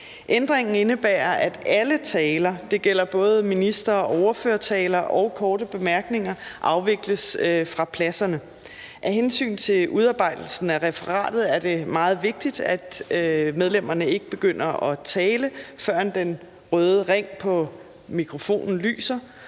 korte bemærkninger – afvikles fra pladserne. Af hensyn til udarbejdelsen af referatet er det meget vigtigt, at I ikke begynder at tale, før den røde ring på mikrofonen lyser.